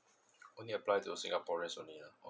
only apply to singaporeans only ah